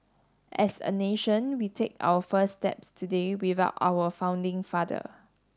as a nation we take our first steps today without our founding father